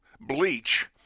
bleach